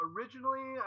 Originally